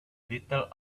little